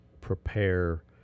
prepare